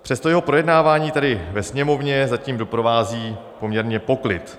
Přesto jeho projednávání tady ve Sněmovně zatím doprovází poměrně poklid.